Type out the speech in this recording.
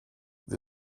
the